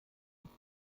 aber